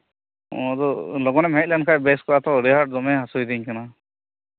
ᱚ ᱟᱫᱚ ᱞᱚᱜᱚᱱ ᱮᱢ ᱦᱮᱡ ᱞᱮᱱᱠᱷᱟᱱ ᱵᱮᱥ ᱠᱚᱜᱼᱟ ᱛᱚ ᱟᱹᱰᱤ ᱟᱸᱴ ᱫᱚᱢᱮ ᱦᱟᱹᱥᱩᱭᱮᱫᱤᱧ ᱠᱟᱱᱟ